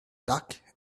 dark